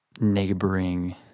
neighboring